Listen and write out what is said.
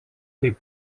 taip